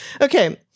okay